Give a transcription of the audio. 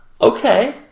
okay